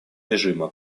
режима